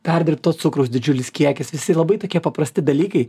perdirbto cukraus didžiulis kiekis visi labai tokie paprasti dalykai